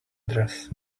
dress